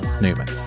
Newman